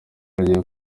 agiye